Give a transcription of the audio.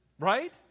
Right